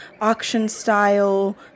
auction-style